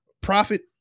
profit